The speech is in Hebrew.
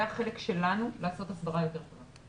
זה החלק שלנו לעשות הסברה יותר טובה.